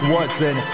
Watson